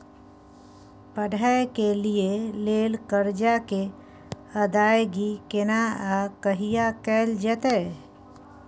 पढै के लिए लेल कर्जा के अदायगी केना आ कहिया कैल जेतै?